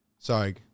Sorry